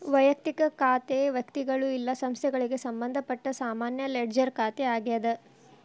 ವಯಕ್ತಿಕ ಖಾತೆ ವ್ಯಕ್ತಿಗಳು ಇಲ್ಲಾ ಸಂಸ್ಥೆಗಳಿಗೆ ಸಂಬಂಧಪಟ್ಟ ಸಾಮಾನ್ಯ ಲೆಡ್ಜರ್ ಖಾತೆ ಆಗ್ಯಾದ